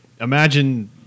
Imagine